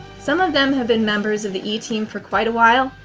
some of them have been members of the e-team for quite a while,